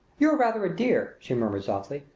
you're rather a dear! she murmured softly.